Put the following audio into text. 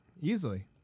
easily